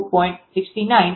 69×tan𝜃1ના બરાબર છે